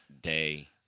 day